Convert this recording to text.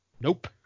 nope